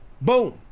boom